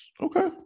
okay